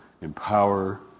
empower